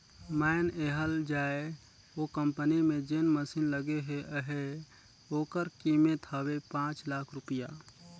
माएन लेहल जाए ओ कंपनी में जेन मसीन लगे ले अहे ओकर कीमेत हवे पाच लाख रूपिया